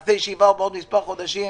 ונעשה ישיבה בעוד מספר חודשים.